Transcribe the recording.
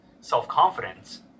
self-confidence